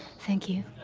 thank you.